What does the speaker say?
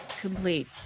complete